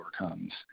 overcomes